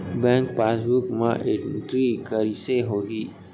Bank passbook मा entry कइसे होही?